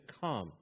come